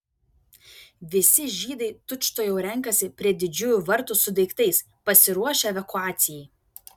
visi žydai tučtuojau renkasi prie didžiųjų vartų su daiktais pasiruošę evakuacijai